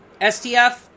STF